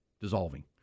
dissolving